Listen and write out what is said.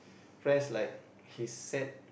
friends like he's sad